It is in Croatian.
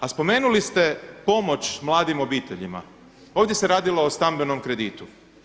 A spomenuli ste pomoć mladim obiteljima, ovdje se radilo o stambenom kreditu.